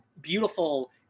beautiful